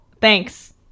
Thanks